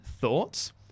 thoughts